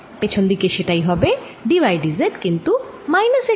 পেছন দিকে সেটাই হবে d y d z কিন্তু মাইনাস x এর দিকে